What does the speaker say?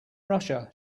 russia